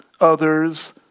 others